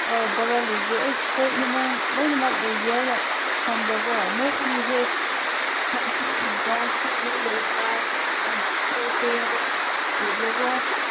ꯑꯣ ꯚꯔꯥ ꯂꯩꯒꯦ ꯑꯩꯈꯣꯏ ꯏꯃꯨꯡ ꯂꯣꯏꯅꯃꯛ ꯂꯩꯒꯦ ꯍꯥꯏꯅ ꯈꯟꯕꯀꯣ ꯅꯣꯏꯒꯤꯁꯦ ꯍꯧꯖꯤꯛꯁꯦ ꯒ꯭ꯔꯥꯎꯟ ꯐ꯭ꯂꯣꯔꯗ ꯂꯩꯕ꯭ꯔ